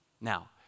Now